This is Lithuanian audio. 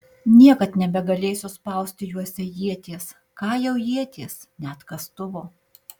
niekad nebegalėsiu spausti juose ieties ką jau ieties net kastuvo